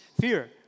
fear